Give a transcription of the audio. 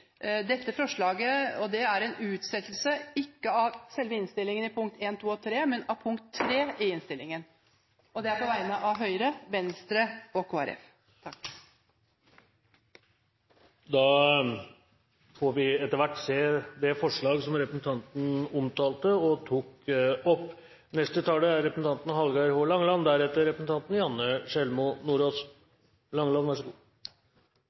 Dette forslaget er en utsettelse – ikke av selve innstillingens punkt 1, 2 og 3, men av punkt 3 i innstillingen. Det er på vegne av Høyre, Venstre og Kristelig Folkeparti. Da får vi etter hvert se det forslaget som representanten Ingjerd Schou omtalte og tok opp. Det er